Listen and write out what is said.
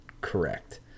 correct